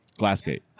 Glassgate